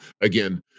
again